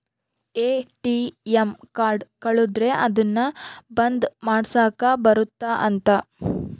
ATM card ಕಳುದ್ರೆ ಅದುನ್ನ ಬಂದ್ ಮಾಡ್ಸಕ್ ಬರುತ್ತ ಅಂತ